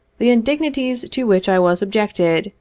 the indignities to which i was sub jected,